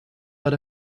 but